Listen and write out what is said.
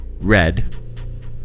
red